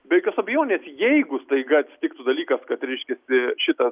be jokios abejonės jeigu staiga atsitiktų dalykas kad reiškiasi šitas